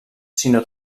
sinó